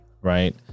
right